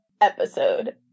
episode